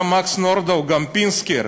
גם מקס נורדאו, גם פינסקר.